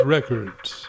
Records